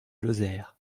lozère